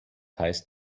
heißt